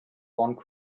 one